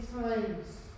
times